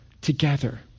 together